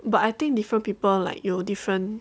but I think different people like 有 different